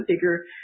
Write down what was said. bigger